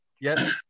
Yes